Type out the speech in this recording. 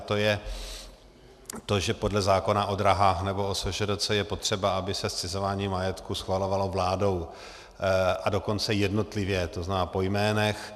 To je to, že podle zákona o dráhách nebo o SŽDC je potřeba, aby se zcizování majetku schvalovalo vládou, a dokonce jednotlivě, to znamená po jménech.